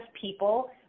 people